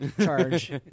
charge